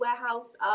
warehouse